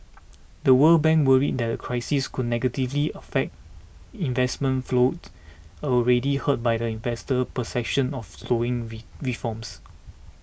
The World Bank worries that the crisis could negatively affect investment flowed already hurt by the investor perceptions of slowing reforms